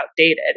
outdated